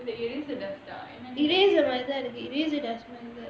eraser மாதிரி தான் இருக்குது:maathiri thaan irukuthu